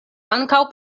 ankaŭ